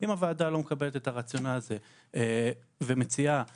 אם הוועדה לא מקבלת את הרציונל הזה ומציעה --- לא.